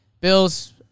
Bills